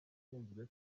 ishinzwe